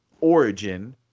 origin